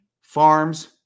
Farms